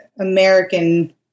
American